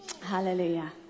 hallelujah